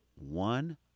one